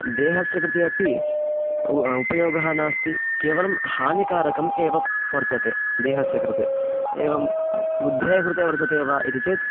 देहस्य कृते अपि उ उपयोगः नास्ति केवलं हानिकारकम् एव वर्तते देहस्य कृते एवं बुद्धेः कृते वर्तते वा इति चेत्